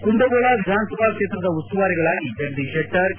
ಕುಂದಗೋಳ ವಿಧಾನ ಸಭಾ ಕ್ಷೇತ್ರದ ಉಸ್ತುವಾರಿಗಳಾಗಿ ಜಗದೀಶ್ ಶೆಟ್ಟರ್ ಕೆ